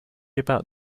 about